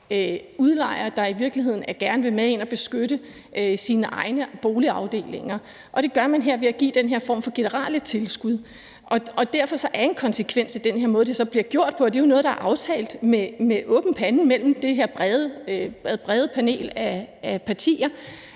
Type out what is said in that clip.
udlejer, der i virkeligheden gerne vil med ind at beskytte sine egne boligafdelinger, og det gør man her ved at give den her form for generelle tilskud. Og derfor er en konsekvens af den måde, det så bliver gjort på – det er jo noget, man har aftalt med åben pande i det her brede panel af partier